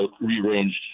rearranged